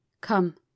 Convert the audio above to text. come